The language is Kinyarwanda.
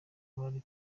bari